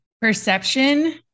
Perception